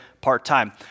part-time